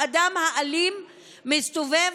האדם האלים מסתובב,